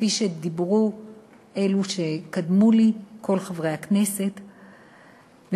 כפי שאמרו כל חברי הכנסת קודמי,